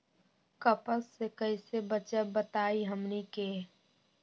कपस से कईसे बचब बताई हमनी के?